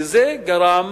וזה גרם